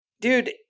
Dude